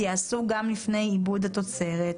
ייעשו גם לפני עיבוד התוצרת.